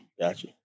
Gotcha